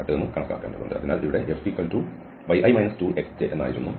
അതിനാൽ ഇവിടെ Fyi 2xj ആയിരുന്നു